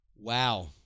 Wow